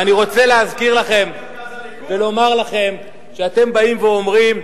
אני רוצה להזכיר לכם ולומר לכם כשאתם באים ואומרים: